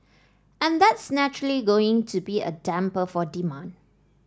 and that's naturally going to be a damper for demand